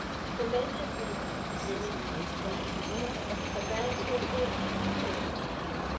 for men have reason, women rhyme a man scores always, all the time.